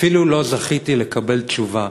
אפילו לא זכיתי לקבל תשובה.